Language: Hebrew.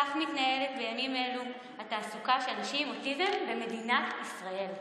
כך מתנהלת בימים אלו התעסוקה של אנשים עם אוטיזם במדינת ישראל,